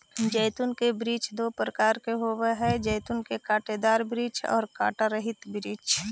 जैतून के वृक्ष दो प्रकार के होवअ हई जैतून के कांटेदार वृक्ष और कांटा रहित वृक्ष